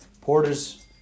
Porter's